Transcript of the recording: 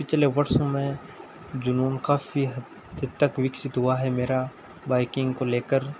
पिछले वर्षों में जुनून काफ़ी हद तक विकसित हुआ है मेरा बाइकिंग को लेकर